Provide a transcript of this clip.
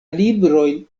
librojn